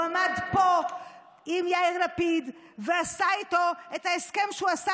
הוא עמד פה עם יאיר לפיד ועשה איתו את ההסכם שהוא עשה,